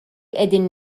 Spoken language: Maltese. qegħdin